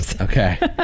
Okay